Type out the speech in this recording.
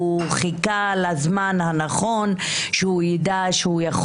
הוא חיכה לזמן הנכון שהוא ידע שהוא יכול